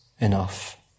enough